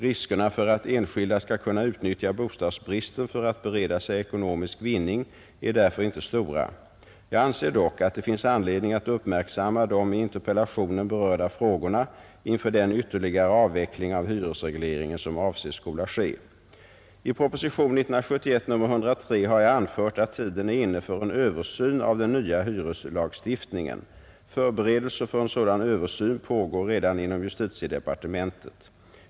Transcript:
Riskerna för att enskilda skall kunna utnyttja bostadsbristen för att bereda sig ekonomisk vinning är därför inte stora. Jag anser dock att det finns anledning att uppmärksamma de i interpellationen berörda frågorna inför den ytterligare avveckling av hyresregleringen som avses skola ske. I propositionen 103 år 1971 har jag anfört att tiden är inne för en översyn av den nya hyreslagstiftningen. Förberedelser för en sådan översyn pågår redan inom justitiedepartementet.